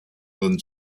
than